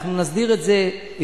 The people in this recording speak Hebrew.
אנחנו נסדיר את זה בוועדה,